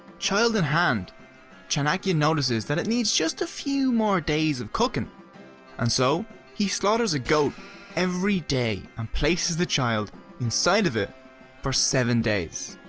child in hand chanakya notices that it needs a few more days of cooking and so he slaughters a goat every day and places the child inside of it for seven days.